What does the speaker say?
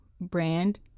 brand